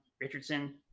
Richardson